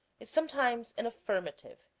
is sometimes an affirmative,